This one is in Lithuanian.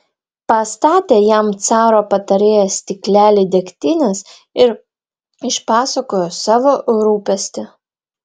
pastatė jam caro patarėjas stiklelį degtinės ir išpasakojo savo rūpestį